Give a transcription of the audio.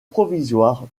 provisoire